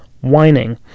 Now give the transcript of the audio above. whining